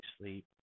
sleep